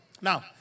Now